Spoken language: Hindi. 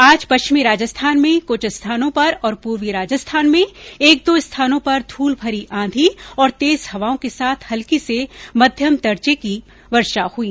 आज पश्चिमी राजस्थान में कुछ स्थानों पर और पूर्वी राजस्थान में एक दो स्थानों पर धूलभरी आंधी और तेज हवाओं के साथ हल्की से मध्यम दर्जे की वर्षो हुई